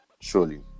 surely